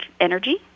Energy